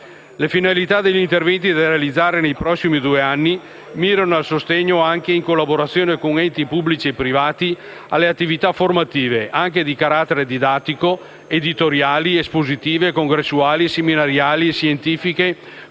Le finalità degli interventi da realizzare nei prossimi due anni mirano al sostegno, anche in collaborazione con enti pubblici e privati, alle attività formative (anche di carattere didattico), editoriali, espositive, congressuali, seminariali, scientifiche,